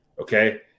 okay